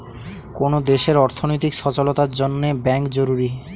কোন দেশের অর্থনৈতিক সচলতার জন্যে ব্যাঙ্ক জরুরি